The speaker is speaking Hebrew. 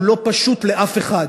הוא לא פשוט לאף אחד.